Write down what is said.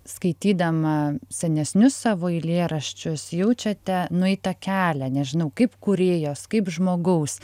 skaitydama senesnius savo eilėraščius jaučiate nueitą kelią nežinau kaip kūrėjos kaip žmogaus